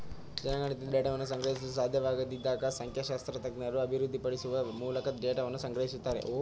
ಜನಗಣತಿ ಡೇಟಾವನ್ನ ಸಂಗ್ರಹಿಸಲು ಸಾಧ್ಯವಾಗದಿದ್ದಾಗ ಸಂಖ್ಯಾಶಾಸ್ತ್ರಜ್ಞರು ಅಭಿವೃದ್ಧಿಪಡಿಸುವ ಮೂಲಕ ಡೇಟಾವನ್ನ ಸಂಗ್ರಹಿಸುತ್ತಾರೆ